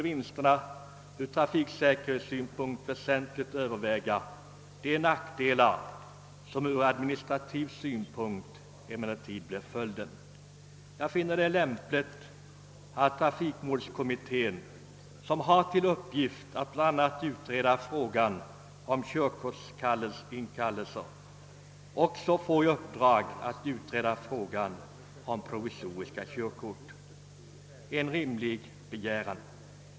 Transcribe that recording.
Vinsterna från trafiksäkerhetssynpunkt skulle som sagt bli stora och överväga de administrativa nackdelarna med systemet. Jag anser det vara lämpligt att trafikmålskommittén — som bl.a. har till uppgift att utreda frågor rörande körkortsindragningar även får i uppdrag att utreda frågan om provisoriska körkort. Det torde få anses som en rimlig begäran.